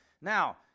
Now